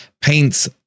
paints